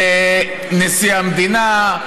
בנשיא המדינה,